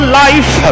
life